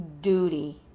duty